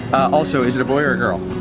also is it a boy or a girl?